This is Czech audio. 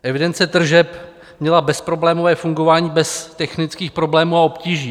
Evidence tržeb měla bezproblémové fungování bez technických problémů a obtíží.